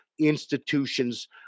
institutions